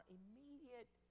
immediate